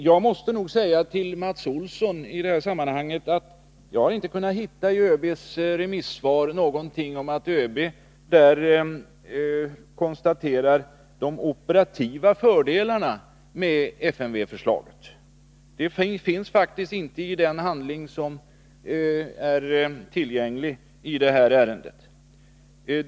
Jag måste nog i det här sammanhanget säga till Mats Olsson att jag inte i ÖB:s remissvar kunnat hitta någonting om att ÖB konstaterar några operativa fördelar med FMV-förslaget — det finns faktiskt inte i den handling som är tillgänglig i det här ärendet.